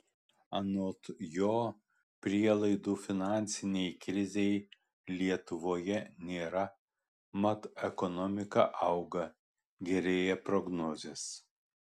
anot jo prielaidų finansinei krizei lietuvoje nėra mat ekonomika auga gerėja prognozės